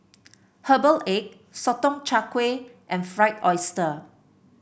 Herbal Egg Sotong Char Kway and Fried Oyster